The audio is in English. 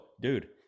dude